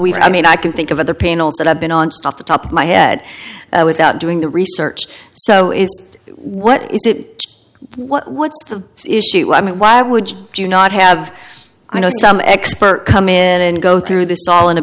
week i mean i can think of other panels that have been on stuff the top of my head without doing the research so what is it what's the issue i mean why would you do you not have i know some expert come in and go through this all in a